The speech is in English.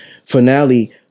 finale